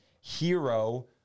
hero